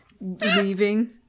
leaving